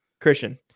Christian